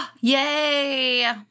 Yay